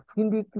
hindi